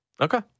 Okay